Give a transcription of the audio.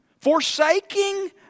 forsaking